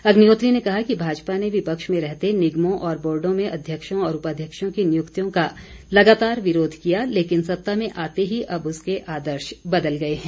अग्निहोत्री ने कहा कि भाजपा ने विपक्ष में रहते निगमों और बोडों में अध्यक्षों तथा उपाध्यक्षों की नियुक्तियों का लगातार विरोध किया लेकिन सत्ता में आते ही अब उसके आदर्श बदल गए हैं